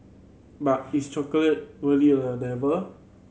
but is chocolate really a devil